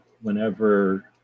whenever